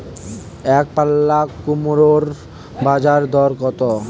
একপাল্লা কুমড়োর বাজার দর কত?